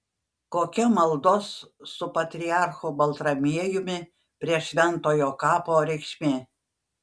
kokia maldos su patriarchu baltramiejumi prie šventojo kapo reikšmė